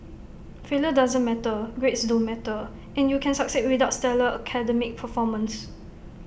failure doesn't matter grades don't matter and you can succeed without stellar academic performance